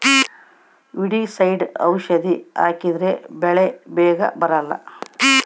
weedicide ಔಷಧಿ ಹಾಕಿದ್ರೆ ಕಳೆ ಬೇಗ ಬರಲ್ಲ